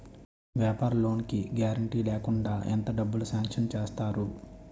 వ్యాపార లోన్ కి గారంటే లేకుండా ఎంత డబ్బులు సాంక్షన్ చేస్తారు?